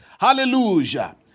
Hallelujah